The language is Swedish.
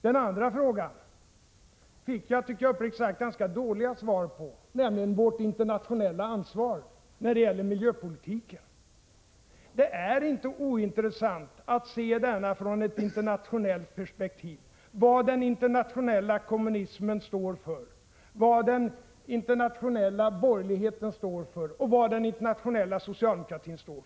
Den andra frågan fick jag uppriktigt sagt ganska dåliga svar på. Den gällde vårt internationella ansvar när det gäller miljöpolitiken. Det är inte ointressant att se denna i ett internationellt perspektiv: vad den internationella kommunismen står för, vad den internationella borgerligheten står för och vad den internationella socialdemokratin står för.